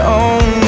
own